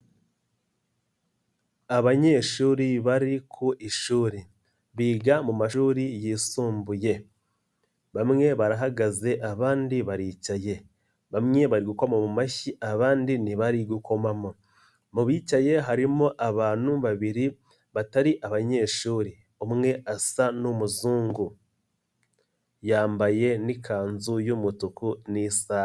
Abanyeshuri bari ku ishuri. Biga mumashuri yisumbuye. Bamwe barahagaze abandi baricaye. Bamwe bari gukoma mu mashyi abandi ntibari gukomamo. Mu bicaye harimo abantu babiri batari abanyeshuri. Umwe asa n'umuzungu. Yambaye n'ikanzu y'umutuku n'isaha.